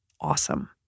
awesome